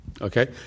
Okay